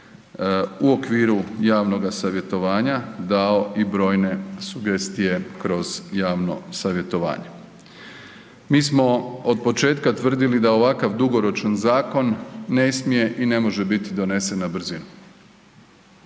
u okviru javnoga savjetovanja dao i brojne sugestije kroz javno savjetovanje. Mi smo od početka tvrdili da ovakav dugoročan zakon ne smije i ne može biti donesen na brzinu